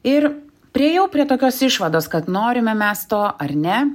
ir priėjau prie tokios išvados kad norime mes to ar ne